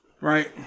right